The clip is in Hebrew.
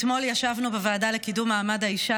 אתמול ישבנו בוועדה לקידום מעמד האישה.